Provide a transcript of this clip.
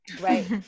right